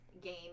game